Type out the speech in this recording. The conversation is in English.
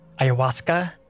ayahuasca